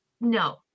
No